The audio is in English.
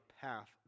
path